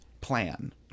plan